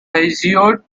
hesiod